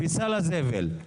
בפח הזבל,